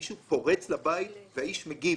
מי שפורץ לבית והאיש מגיב,